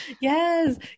Yes